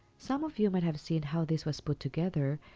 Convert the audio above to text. some of you might have seen how this was put together,